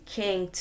king